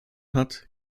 hat